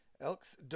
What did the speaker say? elks